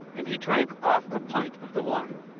and he drank off a pint of the wine.